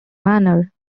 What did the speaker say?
manner